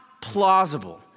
plausible